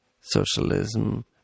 socialism